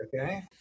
okay